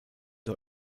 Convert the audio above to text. der